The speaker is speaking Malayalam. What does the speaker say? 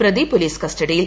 പ്രതി പോലീസ് ക്സ്റ്റ്ഡിയിൽ